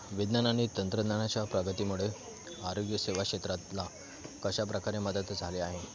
विज्ञान आणि तंत्रज्ञानाच्या प्रगतीमुळे आरोग्य सेवा क्षेत्रातला कशाप्रकारे मदत झाले आहे